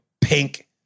pink